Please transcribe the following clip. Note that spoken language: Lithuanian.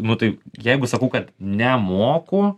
nu tai jeigu sakau kad nemoku